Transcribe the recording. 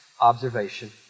observation